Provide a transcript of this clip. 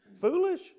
foolish